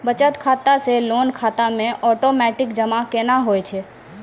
बचत खाता से लोन खाता मे ओटोमेटिक जमा केना होय छै?